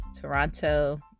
Toronto